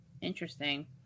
Interesting